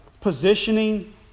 positioning